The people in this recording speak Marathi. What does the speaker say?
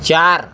चार